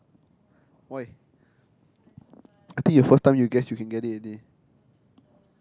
why I think you first time you guess you can get it already